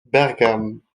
bergame